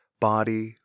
body